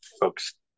folks